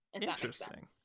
Interesting